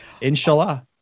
Inshallah